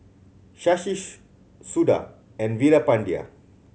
Shashi Suda and Veerapandiya